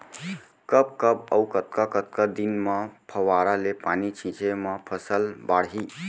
कब कब अऊ कतका कतका दिन म फव्वारा ले पानी छिंचे म फसल बाड़ही?